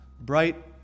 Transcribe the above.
bright